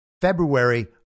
February